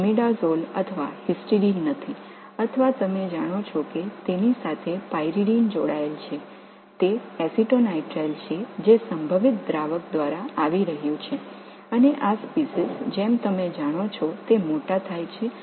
imidazole அல்லது histidine எதுவும் இல்லை அல்லது அதனுடன் இணைந்த பைரிடின் உங்களுக்குத் தெரியும் இது அசிட்டோனிட்ரைல் ஆகும் இது கரைப்பானில் இருந்து வருகிறது